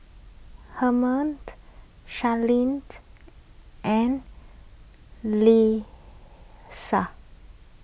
Hernan Sharleen and